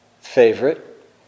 favorite